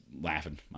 laughing